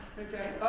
okay?